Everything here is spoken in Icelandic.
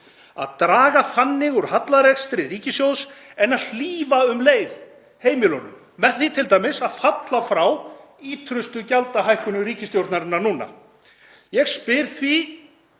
og draga þannig úr hallarekstri ríkissjóðs en hlífa um leið heimilunum með því t.d. að falla frá ýtrustu gjaldahækkunum ríkisstjórnarinnar núna. Ég spyr því